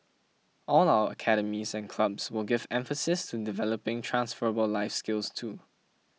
all our academies and clubs will give emphases to developing transferable life skills too